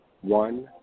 One